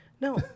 No